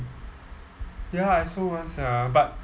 ya I also want sia but